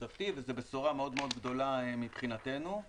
וזו בשורה מאוד גדולה מבחינתנו.